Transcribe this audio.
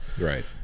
Right